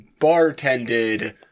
bartended